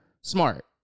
smart